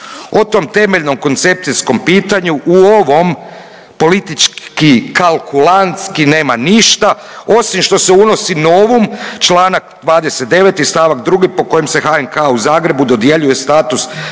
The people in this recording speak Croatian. O tom temeljnom koncepcijskom pitanju u ovom politički kalkulantski nema ništa, osim što se unosi novum, čl. 29. st. 2. po kojem se HNK u Zagrebu dodjeljuje status